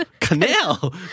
Canal